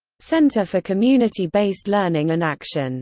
center for community-based learning and action